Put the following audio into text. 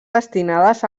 destinades